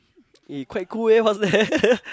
eh quite cool eh what's that